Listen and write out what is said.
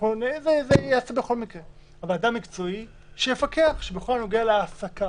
צריך אדם מקצועי שיפקח ויבדוק שבכל הנוגע להעסקה